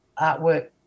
artwork